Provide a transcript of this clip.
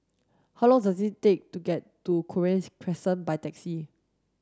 how long does it take to get to Cochrane Crescent by taxi